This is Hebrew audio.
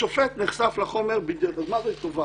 זו דוגמה די טובה,